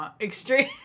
Extreme